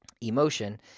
emotion